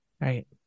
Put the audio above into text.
Right